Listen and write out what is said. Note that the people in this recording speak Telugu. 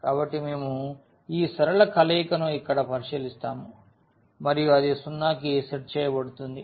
కాబట్టి మేము ఈ సరళ కలయికను ఇక్కడ పరిశీలిస్తాము మరియు అది 0 కి సెట్ చేయబడుతుంది